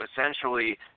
essentially